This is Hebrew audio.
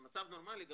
במצב נורמלי,